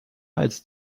als